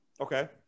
Okay